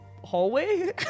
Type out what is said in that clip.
hallway